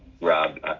Rob